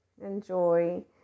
enjoy